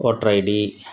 voter ID